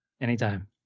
Anytime